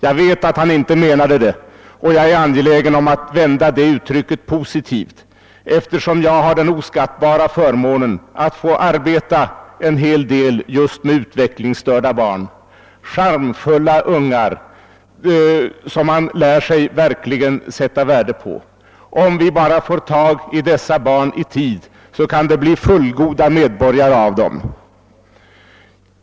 Jag vet att han inte menade det så, och jag är angelägen att vända vad han sade till något positivt, eftersom jag har den oskattbara förmånen att få arbeta en hel del just med utvecklingsstörda barn, charmfulla ungar som man lär sig att verkligen sätta värde på. Om vi bara får tag i dessa barn i tid kan det bli fullgoda medborgare av dem.